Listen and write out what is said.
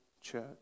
church